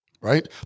Right